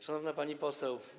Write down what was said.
Szanowna Pani Poseł!